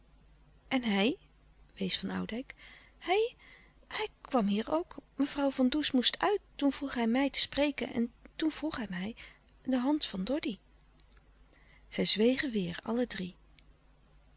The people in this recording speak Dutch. en hij wees van oudijck hij hij kwam hier ook mevrouw van does moest uit toen vroeg hij mij te spreken en toen vroeg hij mij de hand van doddy zij zwegen weêr allen drie